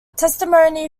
testimony